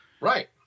Right